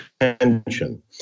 attention